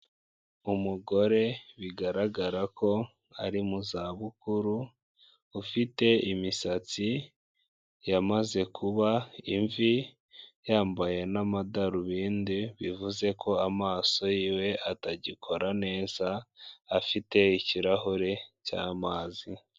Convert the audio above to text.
Umugore bigaragara ko ari mu za bukuru ufite imisatsi yamaze kuba imvi, yambaye n'amadarubindi bivuze ko amaso yiwe atagikora neza, afite ikirahure cy'amazi.